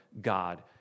God